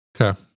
okay